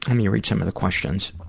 um me read some of the questions.